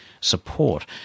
support